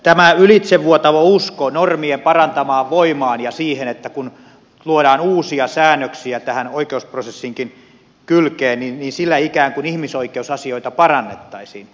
tämä ylitsevuotava usko normien parantavaan voimaan ja siihen että kun luodaan uusia säännöksiä tähän oikeusprosessinkin kylkeen niin sillä ikään kuin ihmisoikeusasioita parannettaisiin